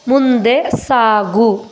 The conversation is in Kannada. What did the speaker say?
ಮುಂದೆ ಸಾಗು